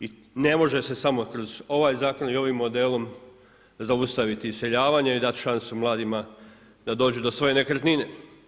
I ne može se samo kroz ovaj zakon i ovim modelom zaustaviti iseljavanje i dati šansu mladima da dođu do svoje nekretnine.